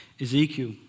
Ezekiel